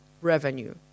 revenue